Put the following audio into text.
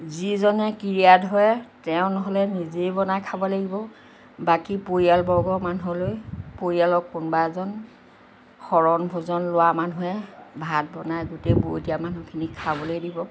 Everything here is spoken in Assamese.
যিজনে ক্ৰিয়া ধৰে তেওঁ নহ'লে নিজেই বনাই খাব লাগিব বাকী পৰিয়ালবৰ্গৰ মানুহলৈ পৰিয়ালৰ কোনোবা এজন শৰণ ভোজন লোৱা মানুহে ভাত বনাই গোটেই বৰতীয়া মানুহখিনিক খাবলৈ দিব